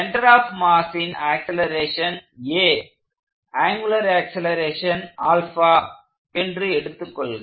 centre of மாஸின் acceleration a angular acceleration என்று எடுத்துக் கொள்க